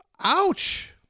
ouch